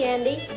Andy